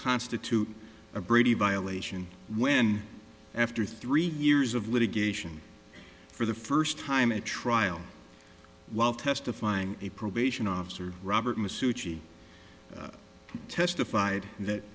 constitute a brady violation when after three years of litigation for the first time a trial while testifying a probation officer robert masoud testified that